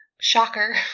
shocker